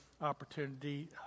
opportunity